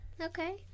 Okay